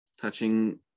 touching